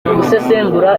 gusesengura